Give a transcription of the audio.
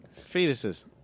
Fetuses